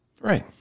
Right